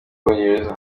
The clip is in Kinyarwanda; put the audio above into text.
bwongereza